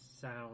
sound